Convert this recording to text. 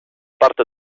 parte